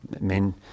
men